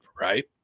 right